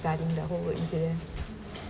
regarding the whole incident